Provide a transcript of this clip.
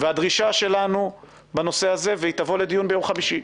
הדרישה שלנו בנושא הזה שתבוא לדיון ביום חמישי,